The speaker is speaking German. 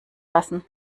lassen